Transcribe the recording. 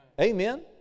Amen